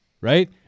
right